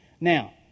Now